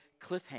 cliffhanger